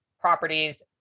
properties